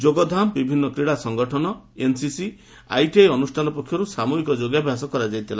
ଯୋଗଧାମ ବିଭିନ୍ନ କ୍ରୀଡା ସଂଗଠନ ଏନସିସି ଆଇଟିଆଇ ଅନୁଷ୍ଠାନ ପକ୍ଷରୁ ସାମୁହିକ ଯୋଗାଭ୍ୟାସ କରାଯାଇଥିଲା